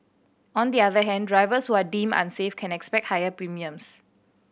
on the other hand drivers who are deemed unsafe can expect higher premiums